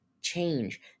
change